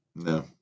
No